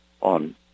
on